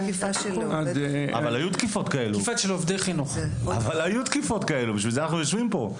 אבל היו תקיפות כאלה, בשביל זה אנחנו יושבים פה.